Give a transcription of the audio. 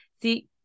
See